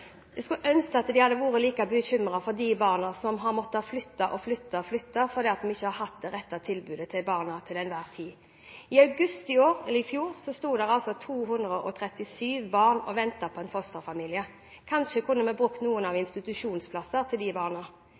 Jeg skulle ønske at de hadde vært like bekymret for de barna som har måttet flytte og flytte og flytte fordi vi ikke til enhver tid har hatt det rette tilbudet til dem. I august i fjor ventet 237 barn på å få en fosterfamilie. Kanskje kunne vi ha brukt noen av institusjonsplassene på disse barna.